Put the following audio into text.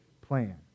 plan